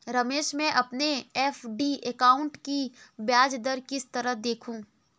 रमेश मैं अपने FD account की ब्याज दर किस तरह देखूं?